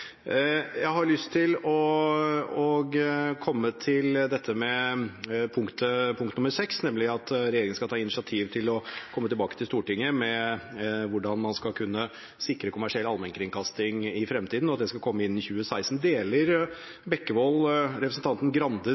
Jeg har lyst til å komme til punkt nr. 6, at regjeringen skal ta initiativ til å komme tilbake til Stortinget med hvordan man skal kunne sikre kommersiell allmennkringkasting i fremtiden, og at den skal komme innen 2016. Deler Bekkevold representanten